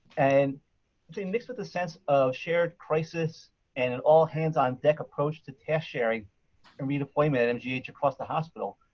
and it's been mixed with a sense of shared crisis and an all-hands-on-deck approach to task sharing and redeployment at mgh across the hospital.